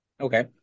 Okay